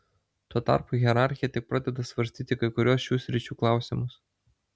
tuo tarpu hierarchija tik pradeda svarstyti kai kuriuos šių sričių klausimus